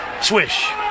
Swish